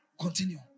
Continue